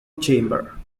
chamber